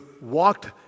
walked